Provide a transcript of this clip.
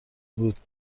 بود